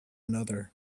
another